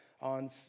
on